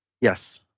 yes